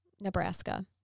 Nebraska